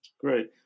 Great